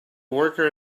worker